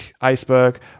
iceberg